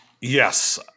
yes